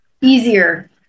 easier